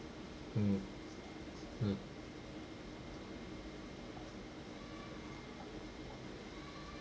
mm ah